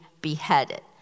beheaded